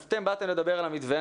אז אתם באתם לדבר על המתווה,